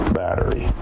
battery